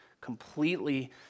completely